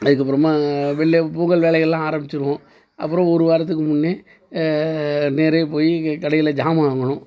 அதுக்கப்புறமா வெள்ளை பொங்கல் வேலைகள் எல்லாம் ஆரம்பிச்சுருவோம் அப்புறம் ஒரு வாரத்துக்கு முன்னே நிறைய போய் கடைகளில் சாமான் வாங்கணும்